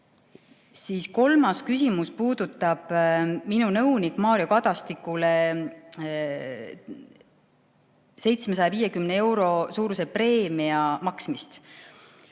siin. Kolmas küsimus puudutab minu nõunikule Mario Kadastikule 750 euro suuruse preemia maksmist.